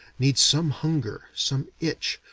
needs some hunger, some itch,